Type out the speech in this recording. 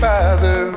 Father